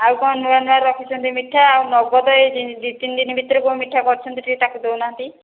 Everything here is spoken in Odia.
ଆଉ କଣ ନୂଆଁ ନୂଆଁ ରଖିଛନ୍ତି ମିଠା ଆଉ ନଗଦ ଏଇ ଦି ତିନି ଦିନ ଭିତରେ କଣ ମିଠା କରିଛନ୍ତି ଟିକେ ତାକୁ ଦେଉନାହାନ୍ତି